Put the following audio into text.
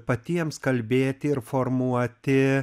patiems kalbėti ir formuoti